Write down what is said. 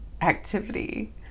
activity